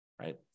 right